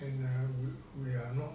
and err we are not